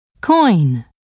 coin